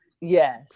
yes